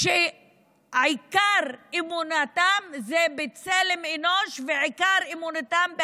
שעיקר אמונתם זה בצלם אנוש ועיקר אמונתם היא